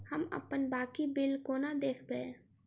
हम अप्पन बाकी बिल कोना देखबै?